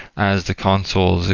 as the consoles,